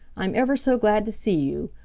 i'm ever so glad to see you.